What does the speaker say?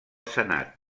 senat